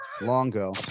Longo